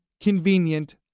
convenient